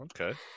Okay